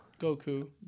Goku